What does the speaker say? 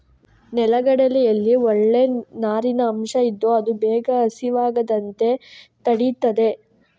ನೆಲಗಡಲೆಯಲ್ಲಿ ಒಳ್ಳೇ ನಾರಿನ ಅಂಶ ಇದ್ದು ಅದು ಬೇಗ ಹಸಿವಾಗದಂತೆ ತಡೀತದೆ